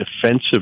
defensive